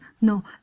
no